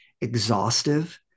exhaustive